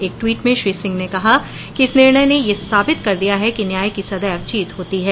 एक टवीट में श्री सिंह ने कहा कि इस निर्णय ने यह साबित कर दिया है कि न्याय की सदैव जीत होती है